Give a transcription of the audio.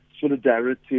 solidarity